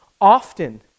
often